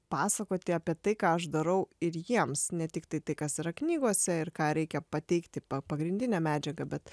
pasakoti apie tai ką aš darau ir jiems ne tiktai tai kas yra knygose ir ką reikia pateikti pa pagrindinę medžiagą bet